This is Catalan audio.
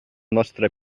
nostre